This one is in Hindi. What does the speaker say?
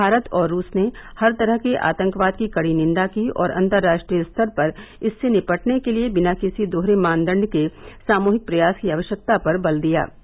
भारत और रूस ने हर तरह के आतंकवाद की कड़ी निंदा की और अंतर्राष्ट्रीय स्तर पर इससे निपटने के लिए बिना किसी दोहरे मानदंड के सामूहिक प्रयास की आवश्यकता पर बल दिया है